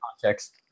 context